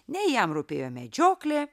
nei jam rūpėjo medžioklė